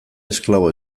esklabo